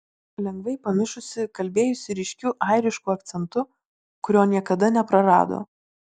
lengvai pamišusi kalbėjusi ryškiu airišku akcentu kurio niekada neprarado